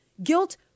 Guilt